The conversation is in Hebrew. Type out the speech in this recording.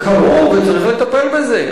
קרו, וצריך לטפל בזה.